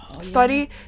study